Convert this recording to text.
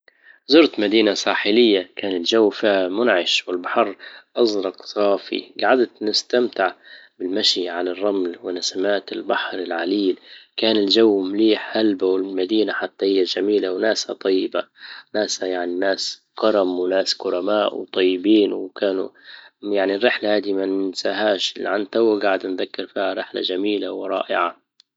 زرت مدينة ساحلية كان الجو فيها منعش والبحر ازرق صافي جعدت نستمتع بالمشي على الرمل ونسمات البحر العليل كان الجو مليح هلبا و المدينة حتى هي جميلة وناسها طيبة ناسها يعني ناس كرم وناس كرماء وطيبين، وكانوا- يعني الرحلة هذه ما ننساهاش لعن تو جاعد نذكر فيها رحلة جميلة ورائعة